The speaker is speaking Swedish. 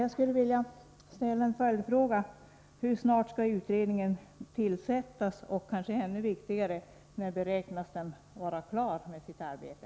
Jag skulle vilja ställa en följdfråga: Hur snart skall utredningen tillsättas, och — vad som kanske är ännu viktigare — när beräknas den vara klar med sitt arbete?